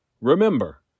Remember